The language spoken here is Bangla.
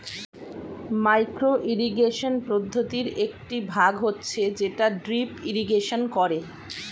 মাইক্রো ইরিগেশন পদ্ধতির একটি ভাগ হচ্ছে যেটা ড্রিপ ইরিগেশন করে